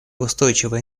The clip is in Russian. устойчивой